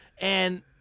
and-